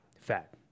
fat